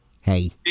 hey